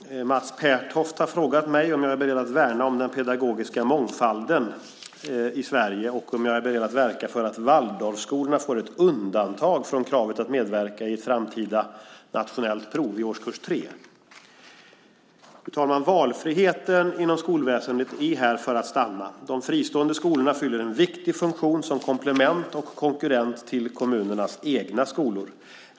Fru talman! Mats Pertoft har frågat mig om jag är beredd att värna om den pedagogiska mångfalden i Sverige och om jag är beredd att verka för att Waldorfskolorna får ett undantag från kravet att medverka i ett framtida nationellt prov i årskurs 3. Valfriheten inom skolväsendet är här för att stanna. De fristående skolorna fyller en viktig funktion som komplement och konkurrent till kommunernas egna skolor.